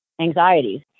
anxieties